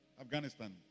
Afghanistan